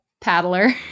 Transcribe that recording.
paddler